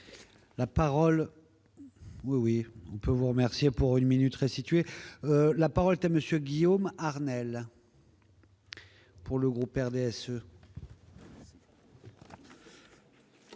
la parole est à monsieur Guillaume Armelle. Pour le groupe RDSE.